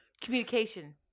Communication